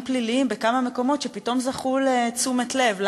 פליליים בכמה מקומות שפתאום זכו לתשומת לב.